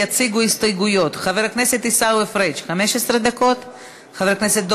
יציגו הסתייגויות: חבר הכנסת עיסאווי פריג' 15 דקות,